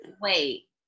Wait